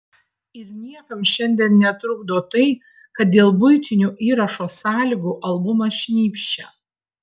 ir niekam šiandien netrukdo tai kad dėl buitinių įrašo sąlygų albumas šnypščia